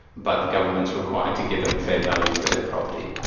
but the government's required to give them fair value for their property.